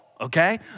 okay